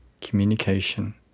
communication